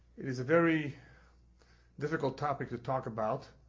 it is a very difficult topic to talk about,